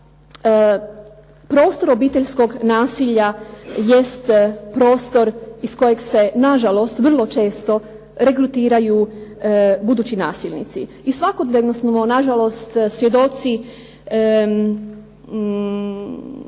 prostor obiteljskog nasilja jest prostor iz kojeg se, na žalost vrlo često, regrutiraju budući nasilnici. I svakodnevno smo na žalost svjedoci